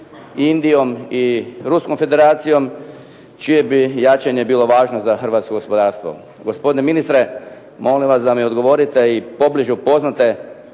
Indijom i Ruskom Federacijom čije bi jačanje bilo važno za hrvatsko gospodarstvo. Gospodine ministre, molim vas da mi odgovorite i pobliže upoznate